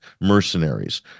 mercenaries